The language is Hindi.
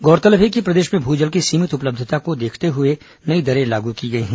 गौरतलब है कि प्रदेश में भू जल की सीमित उपलब्धता को देखते हुए नई दरें लागू की गई हैं